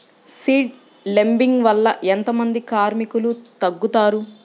Seed లేంబింగ్ వల్ల ఎంత మంది కార్మికులు తగ్గుతారు?